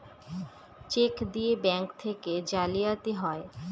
check দিয়ে bank থেকে জালিয়াতি হয়